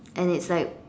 and it's like